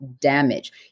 damage